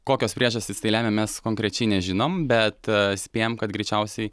kokios priežastys tai lemia mes konkrečiai nežinom bet spėjam kad greičiausiai